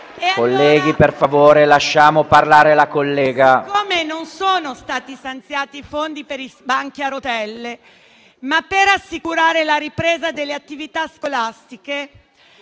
Colleghi, per favore, lasciamo parlare la collega.